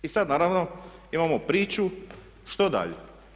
I sad naravno imamo priču što dalje?